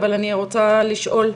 אבל אני רוצה לשאול,